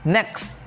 Next